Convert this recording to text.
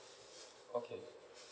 okay